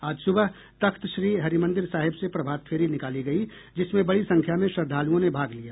आज सुबह तख्तश्री हरिमंदिर साहिब से प्रभात फेरी निकाली गयी जिसमें बड़ी संख्या में श्रद्धालुओं ने भाग लिया